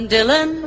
Dylan